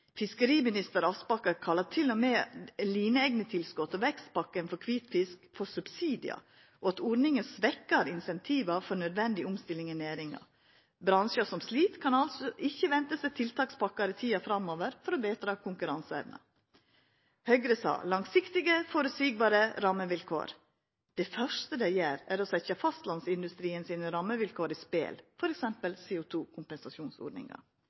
Fiskeriminister Aspaker kalla til og med lineegnetilskotet og vekstpakken for kvitfisk for subsidiar, og sa at ordningane svekkjer incentiva for nødvendig omstilling i næringa. Bransjar som slit, kan altså ikkje venta seg tiltakspakkar i tida framover for å betra konkurranseevna. Høgre sa langsiktige, føreseielege rammevilkår. Det første dei gjer, er å setja rammevilkåra til fastlandsindustrien på spel,